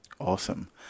Awesome